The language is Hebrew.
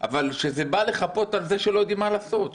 אבל זה בא לחפות על זה שלא יודעים מה לעשות,